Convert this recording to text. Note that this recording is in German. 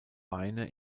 weine